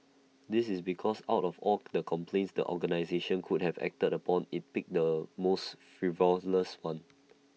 this is because out of all the complaints the organisation could have acted upon IT picked the most frivolous one